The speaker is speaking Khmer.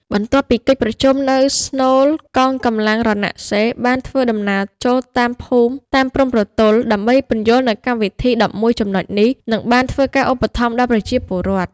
បន្ទាប់ពីកិច្ចប្រជុំនៅស្នូលកងកម្លាំងរណសិរ្យ បានធ្វើដំណើរចូលតាមភូមិ តាមព្រំប្រទល់ដើម្បីពន្យល់នូវកម្មវិធី ១១ ចំណុចនេះនិងបានធ្វើការឧបត្តម្ភដល់ប្រជាពលរដ្ឋ ។